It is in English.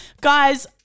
guys